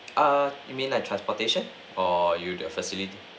ah you mean like transportation or you mean the facility